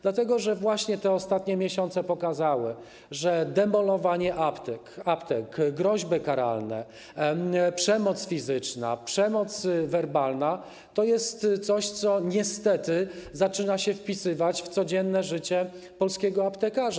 Dlatego że właśnie te ostatnie miesiące pokazały, że demolowanie aptek, groźby karalne, przemoc fizyczna, przemoc werbalna to jest coś, co niestety zaczyna się wpisywać w codzienne życie polskiego aptekarza.